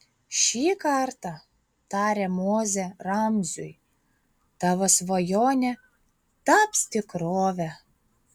šį kartą tarė mozė ramziui tavo svajonė taps tikrove